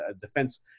defense